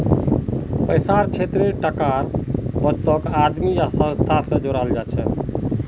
पैसार क्षेत्रत टाकार बचतक आदमी या संस्था स जोड़ाल जाछेक